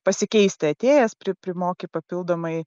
pasikeisti atėjęs pri primoki papildomai